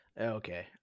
okay